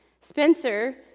Spencer